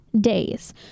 days